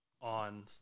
on